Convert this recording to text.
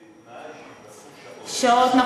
הוא עלה בתנאי שיתווספו שעות.